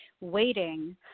waiting